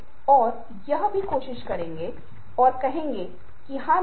क्योंकि उसे लगता है कि कार उसके शरीर का विस्तार है